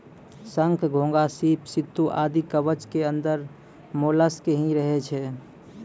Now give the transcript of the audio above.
शंख, घोंघा, सीप, सित्तू आदि कवच के अंदर मोलस्क ही रहै छै